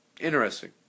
interesting